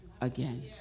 again